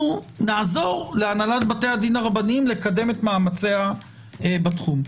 נעזור להנהלת בתי הדין הרבניים לקדם את מאמציהם בתחום.